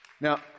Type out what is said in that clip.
Now